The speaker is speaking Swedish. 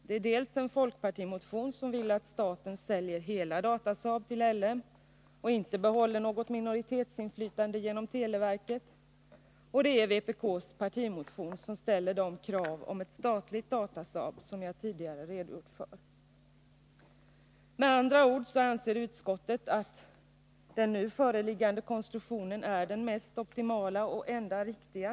Det är dels en folkpartimotion, där man vill att staten säljer hela Datasaab till L M och inte behåller något minoritetsinflytande genom televerket, dels vpk:s partimotion, i vilken ställs de krav om ett statligt Datasaab som jag tidigare redogjort för. Med andra ord anser utskottet att den nu föreliggande konstruktionen är den optimala och den enda riktiga.